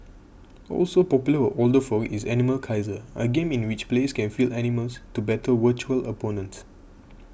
also popular with older folk is Animal Kaiser a game in which players can field animals to battle virtual opponents